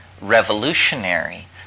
revolutionary